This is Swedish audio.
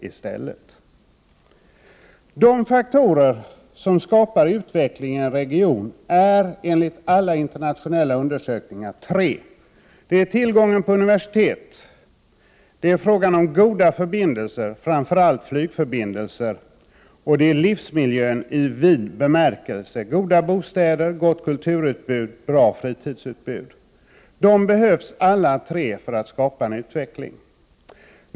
Enligt internationella undersökningar är det tre faktorer som skapar utveckling i en region. Det är tillgången till universitet, tillgången till goda förbindelser — framför allt flygförbindelser — och en god livsmiljö i vid bemärkelse — goda bostäder, bra kulturoch fritidsutbud. Samtliga tre faktorer behövs för att man skall kunna skapa en utveckling.